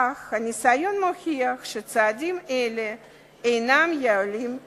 אך הניסיון מוכיח שצעדים אלה אינם יעילים דיים.